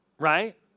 Right